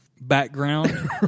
background